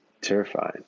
terrifying